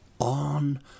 on